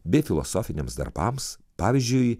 bei filosofiniams darbams pavyzdžiui